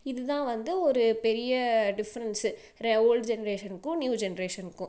இதுதான் வந்து ஒரு பெரிய டிஃப்ரெண்ட்ஸு ரெ ஓல்டு ஜென்ரேஷனுக்கும் நியூ ஜென்ரேஷனுக்கும்